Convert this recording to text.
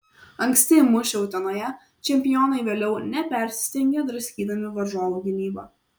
anksti įmušę utenoje čempionai vėliau nepersistengė draskydami varžovų gynybą